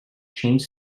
change